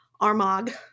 Armagh